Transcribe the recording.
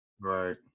Right